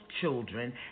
children